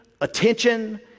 attention